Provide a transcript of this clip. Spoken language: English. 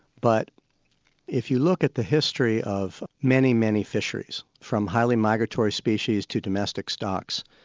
but if you look at the history of many, many fisheries, from highly migratory species to domestic stocks,